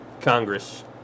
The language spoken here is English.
Congress